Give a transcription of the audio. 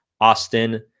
Austin